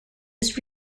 was